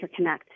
interconnect